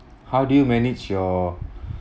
how do you manage your